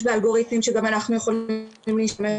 באלגוריתם שגם אנחנו יכולים להשתמש בהם.